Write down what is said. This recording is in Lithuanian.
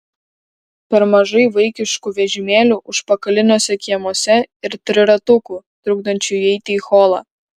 per mažai vaikiškų vežimėlių užpakaliniuose kiemuose ir triratukų trukdančių įeiti į holą